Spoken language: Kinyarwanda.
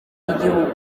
igihugu